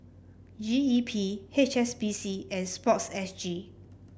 G E P H S B C and sports S G